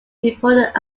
important